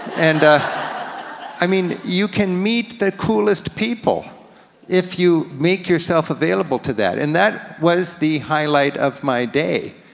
and i mean, you can meet the coolest people if you make yourself available to that. and that was the highlight of my day,